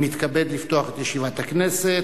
אני מתכבד לפתוח את ישיבת הכנסת.